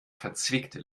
verzwickte